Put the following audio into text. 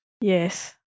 Yes